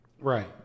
Right